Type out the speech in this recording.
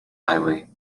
highway